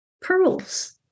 Pearls